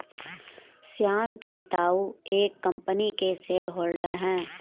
श्याम के ताऊ एक कम्पनी के शेयर होल्डर हैं